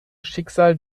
schicksal